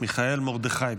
מיכאל מרדכי ביטון,